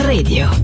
Radio